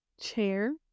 Chair